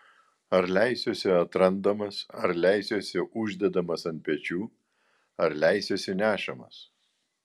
ar leisiuosi atrandamas ar leisiuosi uždedamas ant pečių ar leisiuosi nešamas